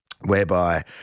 whereby